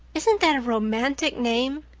isn't that a romantic name?